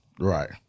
Right